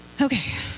Okay